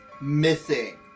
missing